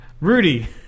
Rudy